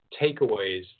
takeaways